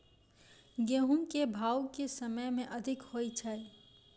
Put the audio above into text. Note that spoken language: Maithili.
गेंहूँ केँ भाउ केँ समय मे अधिक होइ छै?